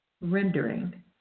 rendering